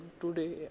today